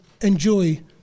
enjoy